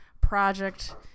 project